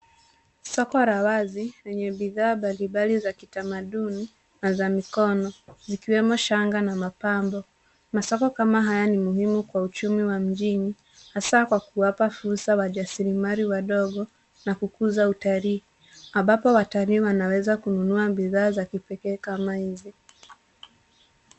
Soko la wazi lenye bidhaa mbalimbali za kitamaduni na za mikono zikiwemo shanga na mapambo. Masoko kama haya ni muhimu kwa uchumi wa mjini hasa kwa kuwapa fursa wajasilimali wadogo na kukuza utalii ambapo watalii wanaweza kununua bidhaa za kipekee kama hizi.